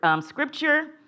scripture